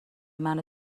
منو